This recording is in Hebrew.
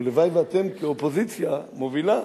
ולוואי שאתם, כאופוזיציה מובילה,